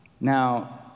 Now